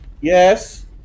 Yes